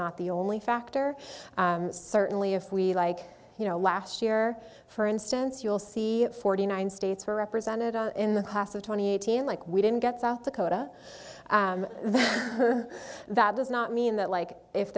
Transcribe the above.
not the only factor certainly if we like you know last year for instance you'll see forty nine states were represented in the class of twenty eighteen like we didn't get south dakota that does not mean that like if